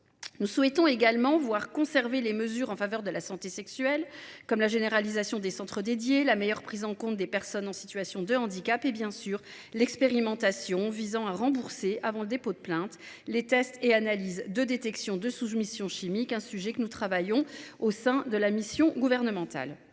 Nous souhaitons également maintenir les mesures en faveur de la santé sexuelle, comme la généralisation des centres spécifiques, la meilleure prise en compte des personnes en situation de handicap et l’expérimentation visant à rembourser, avant le dépôt de plainte, les tests et analyses de détection de soumission chimique. Nous travaillons sur ce dernier point au sein d’une mission gouvernementale.